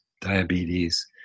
diabetes